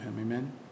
Amen